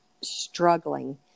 struggling